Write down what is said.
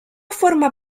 forma